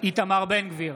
איתמר בן גביר,